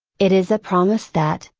it is a promise that,